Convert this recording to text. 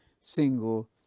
single